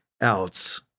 else